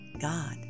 God